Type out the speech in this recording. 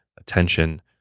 attention